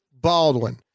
Baldwin